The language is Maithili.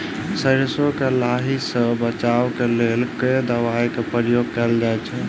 सैरसो केँ लाही सऽ बचाब केँ लेल केँ दवाई केँ प्रयोग कैल जाएँ छैय?